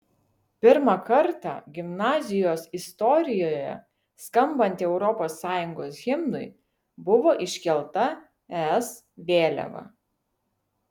pirmą kartą gimnazijos istorijoje skambant europos sąjungos himnui buvo iškelta es vėliava